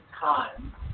time